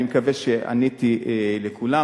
אני מקווה שעניתי לכולם.